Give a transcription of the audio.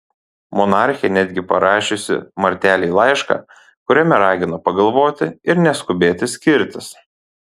monarchė netgi parašiusi martelei laišką kuriame ragino pagalvoti ir neskubėti skirtis